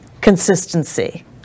consistency